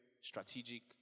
strategic